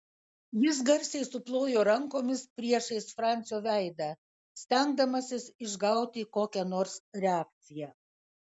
jis garsiai suplojo rankomis priešais francio veidą stengdamasis išgauti kokią nors reakciją